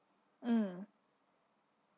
mm